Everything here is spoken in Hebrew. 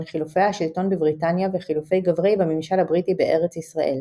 חילופי השלטון בבריטניה וחילופי גברי בממשל הבריטי בארץ ישראל.